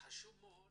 חשוב מאוד